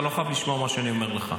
אתה לא חייב לשמוע מה שאני אומר לך.